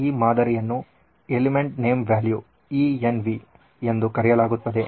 ಈ ಮಾದರಿಯನ್ನು element name value ENV Element Name Value ಎಂದು ಕರೆಯಲಾಗುತ್ತದೆ